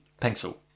pencil